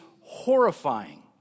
horrifying